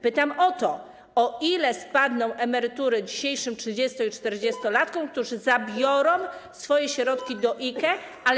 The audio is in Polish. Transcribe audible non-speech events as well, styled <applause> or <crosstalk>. Pytam o to, o ile spadną emerytury dzisiejszym trzydziesto- i czterdziestolatkom, którzy zabiorą swoje środki <noise> do IKE.